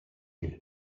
you